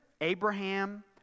Abraham